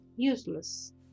useless